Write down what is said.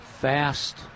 fast